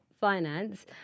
finance